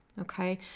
okay